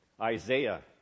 Isaiah